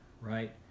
right